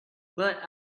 but